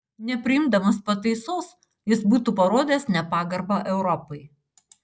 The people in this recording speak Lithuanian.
nepriimdamas pataisos jis būtų parodęs nepagarbą europai